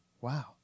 Wow